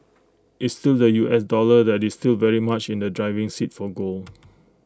it's still the U S dollar that is still very much in the driving seat for gold